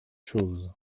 chose